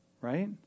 right